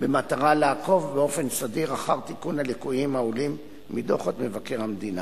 במטרה לעקוב באופן סדיר אחר תיקון הליקויים העולים מדוחות מבקר המדינה.